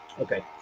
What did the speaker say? Okay